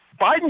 Biden